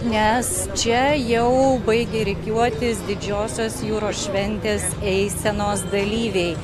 nes čia jau baigė rikiuotis didžiosios jūros šventės eisenos dalyviai